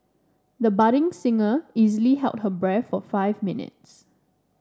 the budding singer easily held her breath for five minutes